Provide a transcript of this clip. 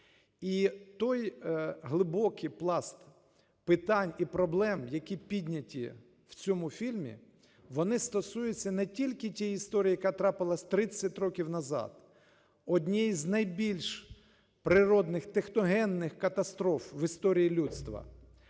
І той глибокий пласт питань і проблем, які підняті в цьому фільмі, вони стосуються не тільки тієї історії, яка трапилась 30 років назад, однієї з найбільш природних техногенних катастроф в історії людства.